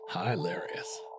Hilarious